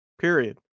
period